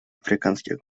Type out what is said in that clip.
африканских